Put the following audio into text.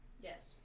Yes